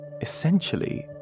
essentially